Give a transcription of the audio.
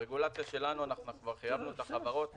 ברגולציה שלנו אנחנו כבר חייבנו את החברות בכך.